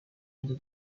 into